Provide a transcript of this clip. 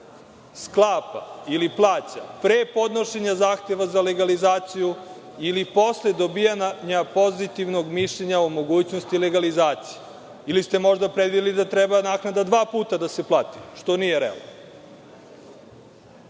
sklapa ili plata pre podnošenja zahteva za legalizaciju ili posle dobijanja pozitivnog mišljenja o mogućnosti legalizacije? Ili ste možda predvideli da može naknada dva puta da se plati, što nije realno. Takođe,